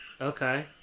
Okay